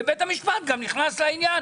בית המשפט גם נכנס לעניין